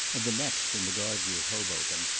and the next in the gardens of hoboken,